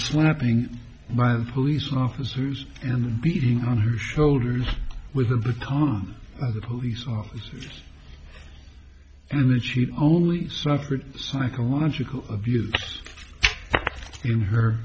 slapping by the police officers and beating on her shoulders with a baton by the police officers and then she only suffered psychological abuse in her